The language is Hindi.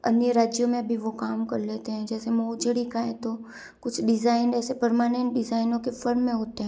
अन्य राज्यों में भी वो काम कर लेते हैं जैसे मोजड़ी का है तो कुछ डिज़ाइन ऐसे परमनेंट डिजाइनों के फ़रमें होते हैं